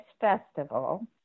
festival